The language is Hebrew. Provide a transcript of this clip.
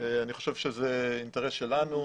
אני חושב שזה אינטרס שלנו.